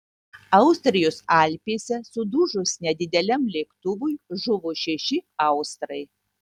austrijos alpėse sudužus nedideliam lėktuvui žuvo šeši austrai